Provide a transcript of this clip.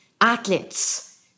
athletes